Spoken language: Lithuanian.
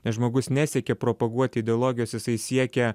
nes žmogus nesiekė propaguoti ideologijos jisai siekė